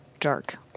dark